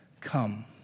come